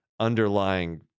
underlying